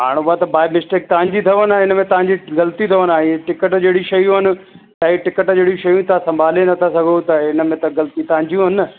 हाणे उहा त बाए मिस्टेक तव्हांजी अथव न हिन में तव्हांजी ग़लती अथव न हीअ टिकट जहिड़ी शयूं आहिनि भाई टिकट जहिड़ी शयूं तव्हां संभाले नथा सघो त इन में त ग़लती तव्हांजूं आहिनि न